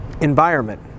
environment